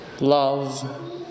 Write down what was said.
love